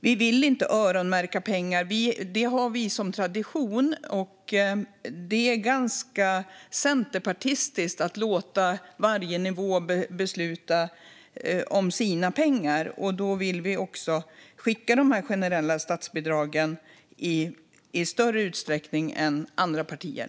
Vi vill inte öronmärka pengar; det har vi som tradition. Det är ganska centerpartistiskt att låta varje nivå besluta om sina pengar, och därför vill vi också skicka de generella statsbidragen i större utsträckning än andra partier.